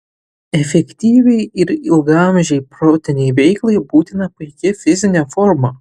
efektyviai ir ilgaamžei protinei veiklai būtina puiki fizinė forma